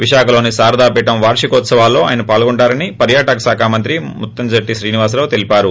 విశాఖలోని శారదాపీఠం వార్షికోత్సవాల్లో ఆయన పాల్గొంటారని పర్యాటక శాఖా మంత్రి ముత్తంశెట్టి శ్రీనివాసరావు తెలిపారు